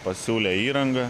pasiūlė įrangą